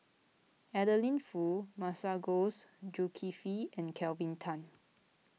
Adeline Foo Masagos Zulkifli and Kelvin Tan